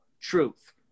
truth